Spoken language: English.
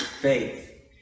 faith